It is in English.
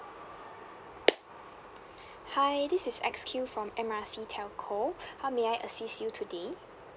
hi this is X Q from M_R_I_C telco how may I assist you today